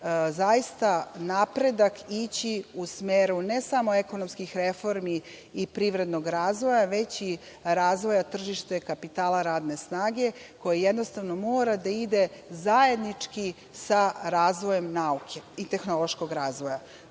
zaista napredak ići u smeru ne samo ekonomskih reformi i privrednog razvoja, već i razvoja tržišta kapitala radne snage, koje jednostavno mora da ide zajednički sa razvojem nauke i tehnološkog razvoja.